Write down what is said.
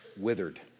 Withered